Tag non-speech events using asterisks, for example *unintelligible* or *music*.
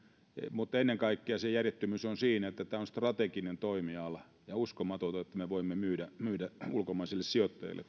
mutta ennen kaikkea se järjettömyys on siinä että tämä on strateginen toimiala ja uskomatonta että me voimme myydä myydä tämän ulkomaisille sijoittajille *unintelligible*